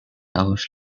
always